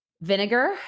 Vinegar